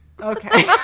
Okay